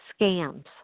scams